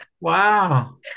Wow